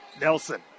Nelson